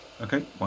okay